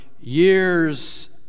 years